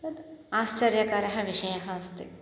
तत् आश्चर्यकरः विषयः अस्ति